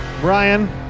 Brian